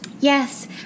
Yes